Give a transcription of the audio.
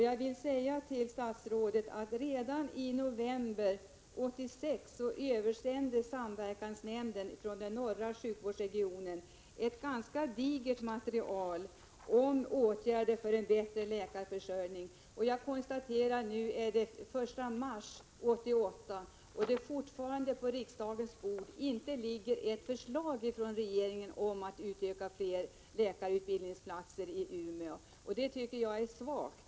Jag vill säga till statsrådet att samverkansnämnden för norra sjukvårdsregionen redan i november 1986 översände ett ganska digert material rörande åtgärder för en bättre läkarförsörjning. Jag konstaterar att det nu är den 1 mars 1988 och att det ännu inte på riksdagens bord ligger något förslag från regeringen om att öka antalet läkarutbildningsplatser i Umeå. Det tycker jag är svagt.